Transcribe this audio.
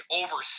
over